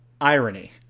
irony